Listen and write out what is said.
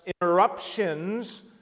interruptions